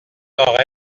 nord